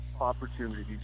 opportunities